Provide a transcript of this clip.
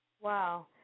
Wow